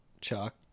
chuck